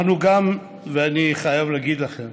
אני חייב להגיד לכם